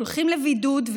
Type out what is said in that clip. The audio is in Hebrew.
הולכים לבידוד,